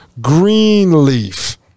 greenleaf